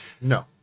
No